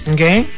Okay